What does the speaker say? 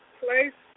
place